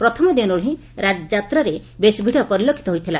ପ୍ରଥମ ଦିନରୁ ହି ଯାତ୍ରାରେ ବେଶ୍ ଭିଡ଼ ପରିଲକ୍ଷିତ ହୋଇଥିଲା